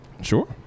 Sure